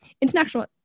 International